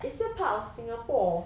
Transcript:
is still part of singapore